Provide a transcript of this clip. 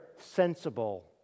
sensible